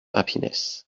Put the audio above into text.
happiness